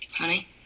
Honey